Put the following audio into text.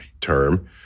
term